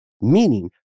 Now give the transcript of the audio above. meaning